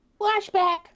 Flashback